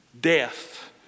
Death